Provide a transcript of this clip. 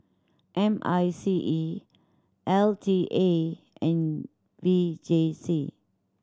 M I C E L T A and V J C